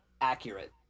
Accurate